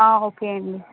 ఆ ఓకే అండి